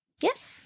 Yes